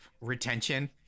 retention